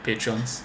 patrons